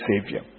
Savior